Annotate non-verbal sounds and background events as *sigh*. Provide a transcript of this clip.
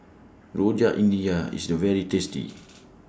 Rojak India IS very tasty *noise*